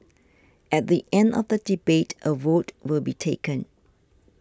at the end of the debate a vote will be taken